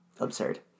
Absurd